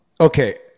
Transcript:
Okay